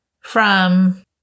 from-